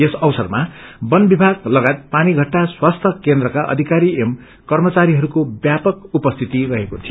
यस अवसरमा वन विभाग लगायत पानीष्टा स्वास्थ्य केन्द्रका अधिकारी एवं कर्मचारहरूको व्यापक उपस्थिति रहेको थियो